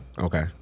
Okay